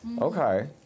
Okay